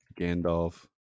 Gandalf